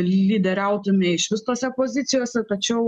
lyderiautume išvis tose pozicijose tačiau